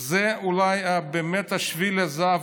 זה אולי באמת שביל הזהב,